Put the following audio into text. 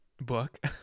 book